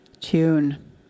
tune